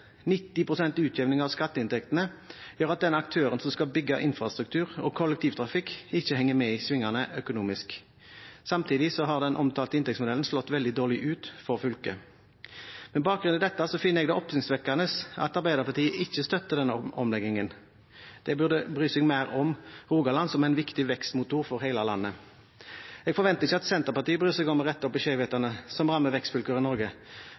pst. utjevning av skatteinntektene gjør at den aktøren som skal bygge infrastruktur og kollektivtrafikk, ikke henger med i svingene økonomisk. Samtidig har den omtalte inntektsmodellen slått veldig dårlig ut for fylket. Med bakgrunn i dette finner jeg det oppsiktsvekkende at Arbeiderpartiet ikke støtter denne omleggingen. De burde bry seg mer om Rogaland som en viktig vekstmotor for hele landet. Jeg forventer ikke at Senterpartiet bryr seg om å rette opp i skjevhetene som rammer vekstfylker i Norge,